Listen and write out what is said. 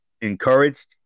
encouraged